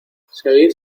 seguid